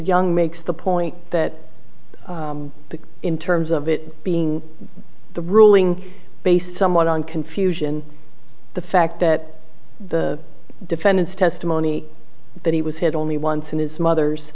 young makes the point that in terms of it being the ruling based somewhat on confusion the fact that the defendant's testimony that he was had only once and his mother's